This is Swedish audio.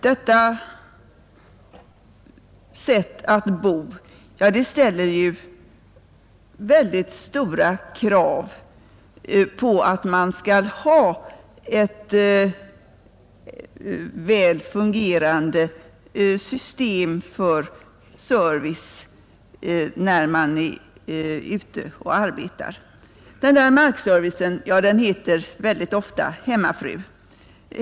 Detta sätt att bo bygger i stor utsträckning på att man skall ha ett väl fungerande system för service åt den som är ute och arbetar. Den där markservicen består väldigt ofta av en hemmafru.